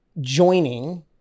joining